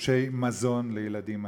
תלושי מזון לילדים עניים.